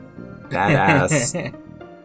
Badass